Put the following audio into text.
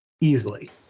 Easily